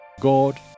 God